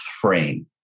frame